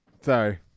sorry